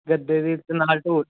ਗੱਦੇ ਦੇ ਨਾਲ ਢੋਹ